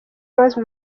rose